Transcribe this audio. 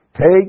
Take